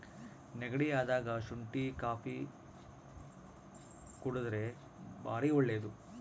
ನೆಗಡಿ ಅದಾಗ ಶುಂಟಿ ಕಾಪಿ ಕುಡರ್ದೆ ಬಾರಿ ಒಳ್ಳೆದು